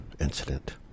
incident